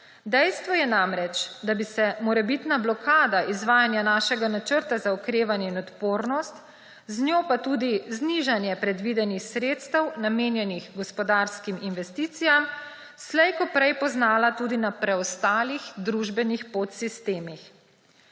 Dejstvo je namreč, da bi se morebitna blokada izvajanja našega Načrta za okrevanje in odpornost, z njo pa tudi znižanje predvidenih sredstev, namenjenih gospodarskim investicijam, slej ko prej poznala tudi na preostalih družbenih podsistemih.